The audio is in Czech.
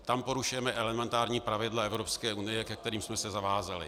Tam porušujeme elementární pravidla Evropské unie, ke kterým jsme se zavázali.